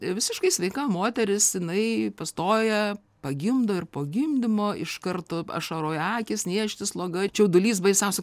visiškai sveika moteris jinai pastoja pagimdo ir po gimdymo iš karto ašaroja akys niežti sloga čiaudulys baisiausia